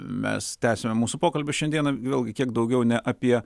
mes tęsiame mūsų pokalbį šiandieną vėlgi kiek daugiau ne apie